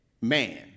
man